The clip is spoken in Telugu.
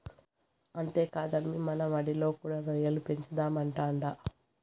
అంతేకాదమ్మీ మన మడిలో కూడా రొయ్యల పెంచుదామంటాండా